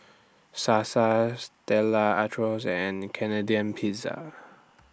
Sasa Stella Artois and Canadian Pizza